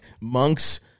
monks